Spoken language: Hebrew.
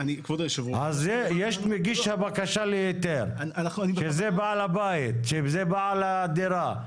יש מגיש הבקשה להיתר שזה בעל הבית, בעל הדירה.